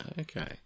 Okay